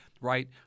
right